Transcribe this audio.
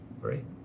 Great